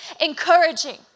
encouraging